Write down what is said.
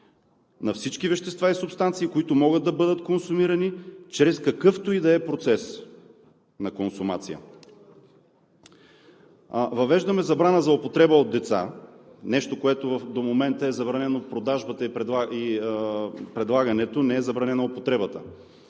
на всички вещества и субстанции, които могат да бъдат консумирани чрез какъвто и да е процес на консумация. Въвеждаме забрана за употреба от деца, нещо на което до момента е забранена продажбата и предлагането, не е забранена употребата.